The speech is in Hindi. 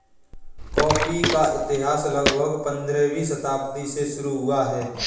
कॉफी का इतिहास लगभग पंद्रहवीं शताब्दी से शुरू हुआ है